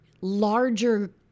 larger